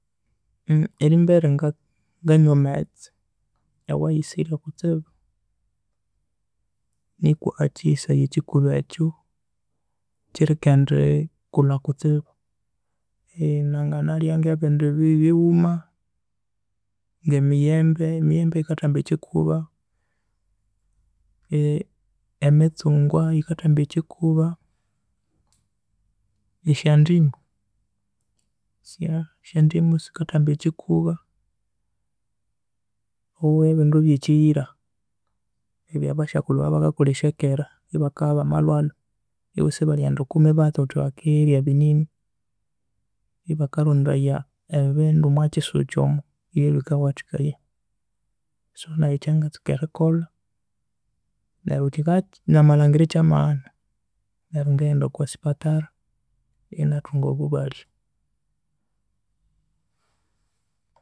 Erimbere nganywa amaghetse awahisirye kutsibu nuka akihisaye ekikuba ekyo kirikendikulha kutsibu nanganalhya ngebindi bighuma nge emiyembe emiyembe yikathamba ekikuba emistungwa yikathamba ekikuba nesyo ndimu sya- esyandimu sikathamba ekikuba oho ebindu ebyekiyira ebya ba sokulhu babyakakolhesya kera eba kabya bamalhwalha iboo esibalhighenda okwa mibatsi ghuthi bakirya ebinini ebakarondaya ebindu erilhwa omwa kisuki omo ebyebikawathikaya so naghe kyangatsuka erikolha neryu kikaghaki namalhangira ekyamaghana neru ngaghenda okwa sipathara enathunga obubalhya.